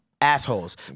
Assholes